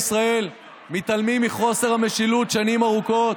מתעלמים מחוסר המשילות שנים ארוכות,